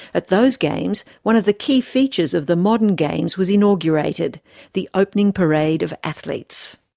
at those games, one of the key features of the modern games was inaugurated the opening parade of athletes.